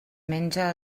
menja